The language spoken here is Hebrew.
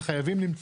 וחייבים למצוא.